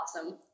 Awesome